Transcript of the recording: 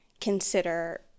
consider